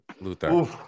Luther